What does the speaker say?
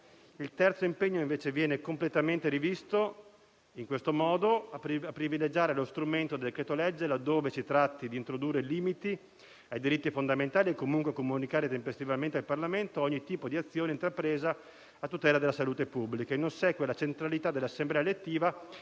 Il terzo impegno invece viene completamente rivisto nel modo seguente: «a privilegiare lo strumento del decreto-legge laddove si tratti di introdurre limiti ai diritti fondamentali e comunque a comunicare tempestivamente al Parlamento ogni tipo di azione intrapresa a tutela della salute pubblica,